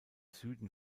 süden